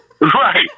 Right